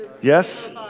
Yes